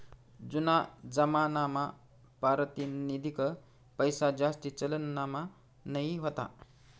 जूना जमानामा पारतिनिधिक पैसाजास्ती चलनमा नयी व्हता